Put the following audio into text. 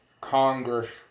Congress